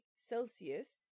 Celsius